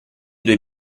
due